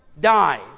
die